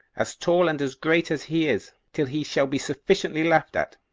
as tall and as great as he is, till he shall be sufficiently laughed at,